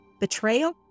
betrayal